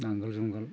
नांगोल जुंगाल